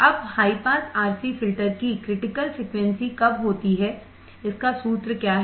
अब high pass RC filter की critical frequency कब होती है सूत्र क्या है